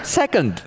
second